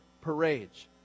parades